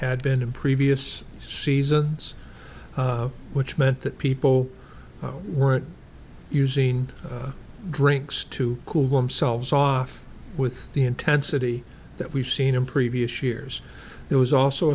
had been in previous seasons which meant that people weren't using drinks to cool themselves off with the intensity that we've seen in previous years it was also